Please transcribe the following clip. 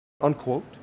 unquote